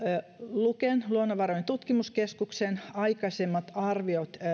luken luonnonvarojen tutkimuskeskuksen aikaisemmat arviot